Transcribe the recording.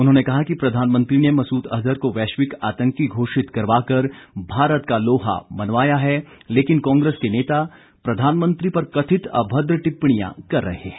उन्होंने कहा कि प्रधानमंत्री ने मसूद अजहर को वैश्विक आतंकी घोषित करवा कर भारत का लोहा मनवाया है लेकिन कांग्रेस के नेता प्रधानमंत्री पर कथित अभद्र टिप्पणियां कर रहे हैं